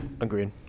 Agreed